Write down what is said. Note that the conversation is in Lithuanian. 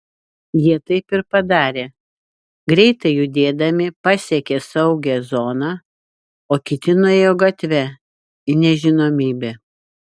jie taip ir padarė greitai judėdami pasiekė saugią zoną o kiti nuėjo gatve į nežinomybę